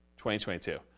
2022